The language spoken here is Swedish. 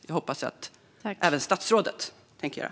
Det hoppas jag att även statsrådet tänker göra.